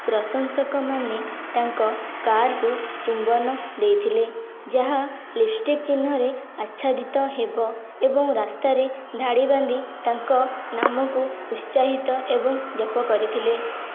ପ୍ରଶଂସକମାନେ ତାଙ୍କ କାର୍ କୁ ଚୁମ୍ବନ ଦେଇଥିଲେ ଯାହା ଲିପଷ୍ଟିକ୍ ଚିହ୍ନରେ ଆଚ୍ଛାଦିତ ହେବ ଏବଂ ରାସ୍ତାରେ ଧାଡି ବାନ୍ଧି ତାଙ୍କ ନାମ କୁ ଉତ୍ସାହିତ ଏବଂ ଜପ କରିଥିଲେ